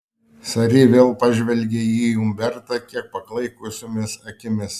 sari vėl pažvelgia į umbertą kiek paklaikusiomis akimis